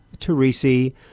Teresi